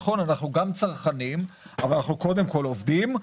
יש לזה השפעה על המחירים, גם למענק עבודה יש.